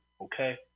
okay